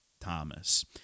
Thomas